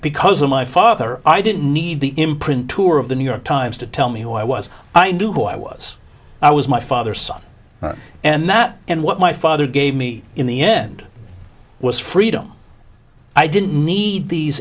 because of my father i didn't need the imprint tour of the new york times to tell me who i was i knew who i was i was my father son and that and what my father gave me in the end was freedom i didn't need these